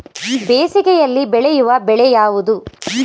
ಬೇಸಿಗೆಯಲ್ಲಿ ಬೆಳೆಯುವ ಬೆಳೆ ಯಾವುದು?